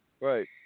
Right